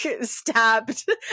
stabbed